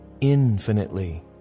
Infinitely